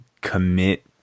commit